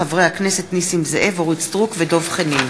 חברי הכנסת, סדרת הצעות אי-אמון בממשלה.